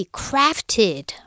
crafted